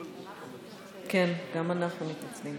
כנסת נכבדה,